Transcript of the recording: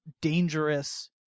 dangerous